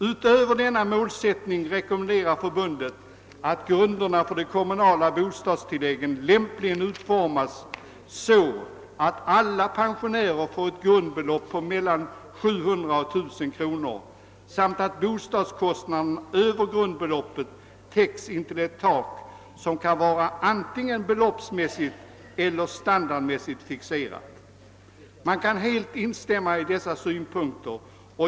Utöver denna målsättning rekommenderar förbundet att grunderna för de kommunala bostadstilläggen lämpligen utformas så att alla pensionärer får ett grundbelopp på 700—1 000 kronor samt att bostadskostnader över grundbeloppet täcks intill ett tak som kan vara antingen beloppsmässigt eller standardmässigt fixerat. Man kan helt instämma i dessa synpunkter.